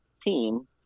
team